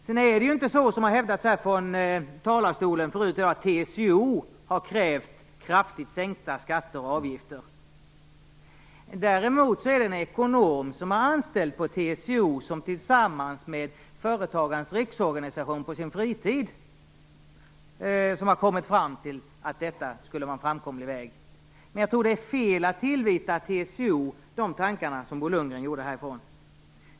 TCO har inte, som det har hävdats från talarstolen förut i dag, krävt kraftigt sänkta skatter och avgifter. Däremot har en ekonom som är anställd på TCO tillsammans med Företagarnas riksorganisation på sin fritid kommit fram till att detta skulle vara en framkomlig väg. Men jag tror att det är fel att tillvita TCO de tankarna, som Bo Lundgren gjorde.